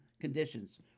conditions